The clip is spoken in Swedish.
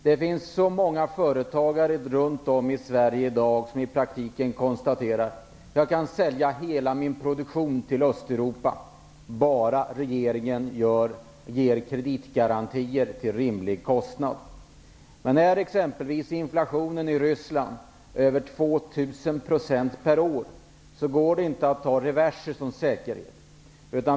Det finns så många företagare runt om i Sverige i dag som konstaterar att de kan sälja hela sin produktion till Östeuropa bara regeringen ger kreditgarantier till rimlig kostnad. Om inflationen i exempelvis Ryssland är över 2 000 % per år går det inte att ta reverser som säkerhet.